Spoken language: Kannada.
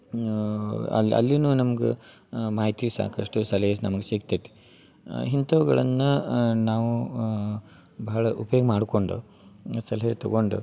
ಅಲ್ಲಿ ಅಲ್ಲಿನು ನಮ್ಗ ಮಾಹಿತಿ ಸಾಕಷ್ಟು ಸಲಹೆ ನಮ್ಗೆ ಸಿಗ್ತೈತಿ ಇಂಥವುಗಳನ್ನ ನಾವು ಬಹಳ ಉಪ್ಯೋಗ ಮಾಡ್ಕೊಂಡು ಸಲಹೆ ತೊಗೊಂಡು